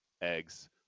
eggs